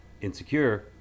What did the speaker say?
insecure